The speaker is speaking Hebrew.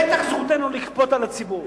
בטח, זכותנו לכפות על הציבור.